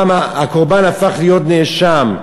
הקורבן הפך להיות נאשם.